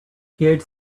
heard